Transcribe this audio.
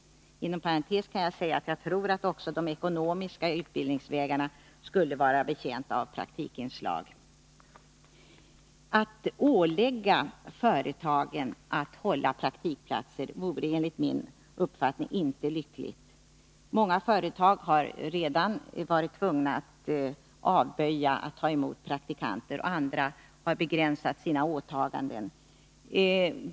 Inom parentes kan jag säga att jag tror att också de ekonomiska utbildningsvägarna skulle vara betjänta av praktikinslag. Att ålägga företagen att hålla praktikplatser vore enligt min uppfattning inte lyckligt. Många företag har redan varit tvungna att avböja att ta emot praktikanter, och andra har begränsat sina åtaganden.